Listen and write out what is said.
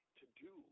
to-do